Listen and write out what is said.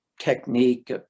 technique